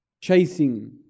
chasing